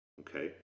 okay